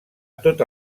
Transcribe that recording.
tota